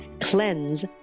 CLEANSE